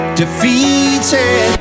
defeated